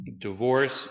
Divorce